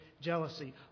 jealousy